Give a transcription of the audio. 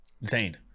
Insane